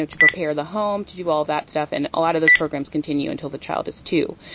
to to prepare the home, to do all that stuff. and a lot of those programs continue until the child is two.